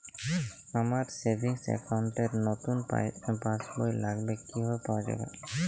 আমার savings account র নতুন পাসবই লাগবে, কিভাবে পাওয়া যাবে?